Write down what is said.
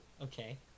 Okay